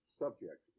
subject